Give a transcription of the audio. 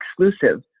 exclusive